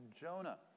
Jonah